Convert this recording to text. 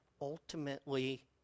ultimately